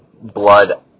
blood